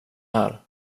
här